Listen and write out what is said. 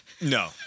no